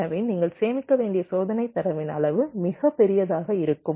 எனவே நீங்கள் சேமிக்க வேண்டிய சோதனை தரவின் அளவு மிகவும் பெரியதாக இருக்கும்